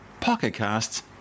Pocketcasts